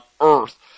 earth